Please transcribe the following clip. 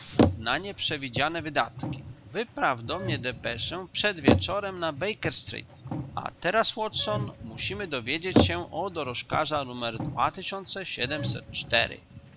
na nieprzewidziane wydatki wypraw do mnie depeszę przed wieczorem na baker street a teraz watson musimy dowiedzieć się o dorożkarza nr